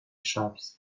shops